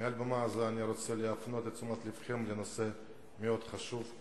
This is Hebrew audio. מעל במה זו אני רוצה להפנות את תשומת לבכם לנושא מאוד חשוב,